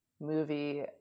movie